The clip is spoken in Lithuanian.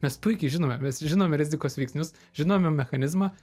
mes puikiai žinome mes žinome rizikos veiksnius žinome mechanizmą